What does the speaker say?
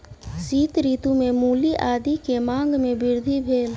शीत ऋतू में मूली आदी के मांग में वृद्धि भेल